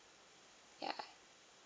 ya